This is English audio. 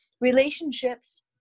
relationships